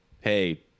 Hey